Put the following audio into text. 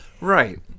Right